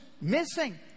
missing